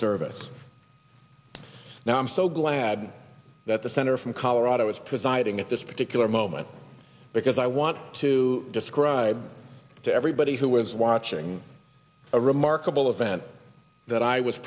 service now i'm so glad that the senator from colorado was presiding at this particular moment because i want to describe to everybody who was watching a remarkable event that i was